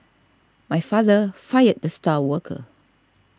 my father fired the star worker